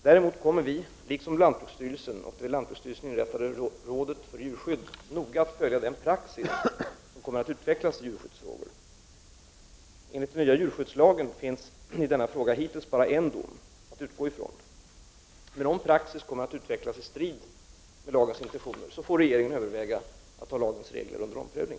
Däremot kommer vi, liksom lantbruksstyrelsen och det vid lantbruksstyrelsen inrättade rådet för djurskydd, noga att följa den praxis som kommer att utvecklas i djurskyddsfrågor. Enligt den nya djurskyddslagen finns i denna fråga hittills bara en dom att utgå från. Om praxis kommer att utvecklas i strid med lagens intentioner får regeringen överväga att ta lagens regler under omprövning.